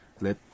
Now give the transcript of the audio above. Let